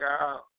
out